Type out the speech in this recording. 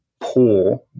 poor